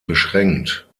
beschränkt